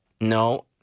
No